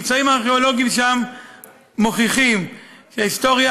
הממצאים הארכיאולוגיים שם מוכיחים שההיסטוריה